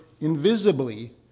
invisibly